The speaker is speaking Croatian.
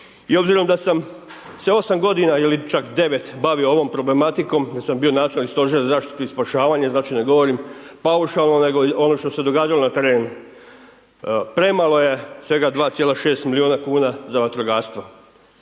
I obzirom da sam se 8 g. ili čak 9. bavio ovom problematikom jer sam načelnik Stožera za zaštitu i spašavanje, znači ne govorim paušalno nego ono što se događalo na terenu. Premalo je svega 2,6 milijuna kuna za vatrogastvo.